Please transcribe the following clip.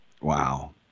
Wow